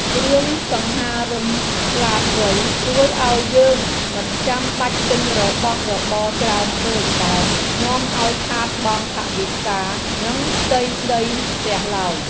គ្រឿងសង្ហារិមឆ្លាតវៃជួយឱ្យយើងមិនចាំបាច់ទិញរបស់របរច្រើនពេកដែលនាំឱ្យខាតបង់ថវិកានិងផ្ទៃដីផ្ទះឡើយ។